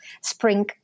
spring